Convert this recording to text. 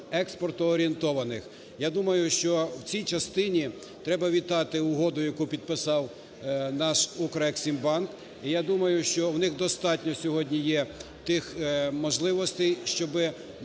Я думаю, що в цій частині треба вітати угоду, яку підписав наш "Укрексімбанк". І я думаю, що в них достатньо сьогодні є тих можливостей, щоб